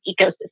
ecosystem